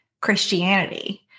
Christianity